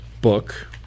book